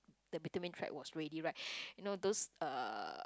the vitamin track was ready right you know those uh